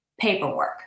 paperwork